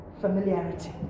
Familiarity